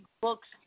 books